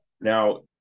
Now